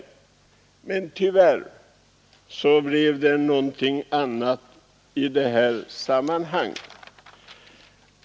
Men tyvärr blev det annorlunda.